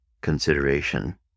consideration